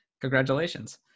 Congratulations